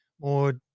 more